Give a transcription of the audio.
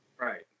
Right